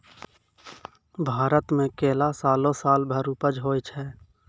भारत मे केला सालो सालो भर उपज होय छै